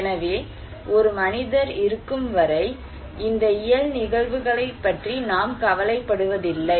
எனவே ஒரு மனிதர் இருக்கும் வரை இந்த இயல் நிகழ்வுகளைப் பற்றி நாம் கவலைப்படுவதில்லை